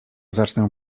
zacznę